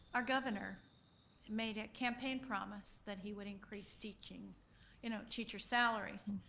our governor made a campaign promise that he would increase teacher's you know teacher's salaries.